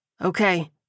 Okay